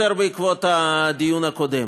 ועוד הערה, יותר בעקבות הדיון הקודם: